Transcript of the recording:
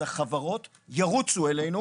החברות ירוצו אלינו.